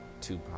two